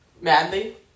Madly